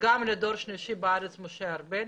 גם לדור שלישי בארץ, משה ארבל,